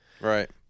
Right